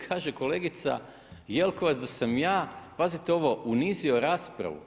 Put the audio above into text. Kaže kolegica Jelkovac da sam ja pazite ovo unizio raspravu.